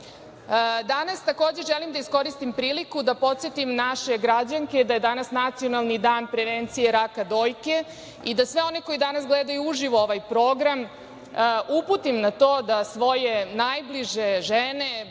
Srbije. Danas želim da iskoristim priliku da podsetim naše građanke da je danas Nacionalni dan prevencije raka dojke i da sve one koji danas gledaju uživo ovaj program uputim na to da svoje najbliže žene,